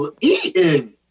eating